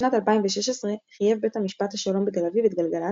בשנת 2016 חייב בית משפט השלום בתל אביב את גלגלצ